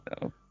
No